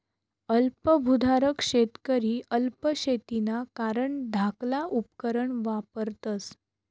अल्प भुधारक शेतकरी अल्प शेतीना कारण धाकला उपकरणं वापरतस